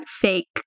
fake